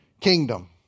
kingdom